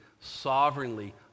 sovereignly